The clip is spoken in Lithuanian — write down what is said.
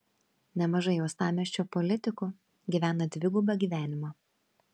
nemažai uostamiesčio politikų gyvena dvigubą gyvenimą